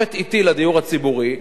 מוות אטי לדיור הציבורי.